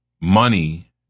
money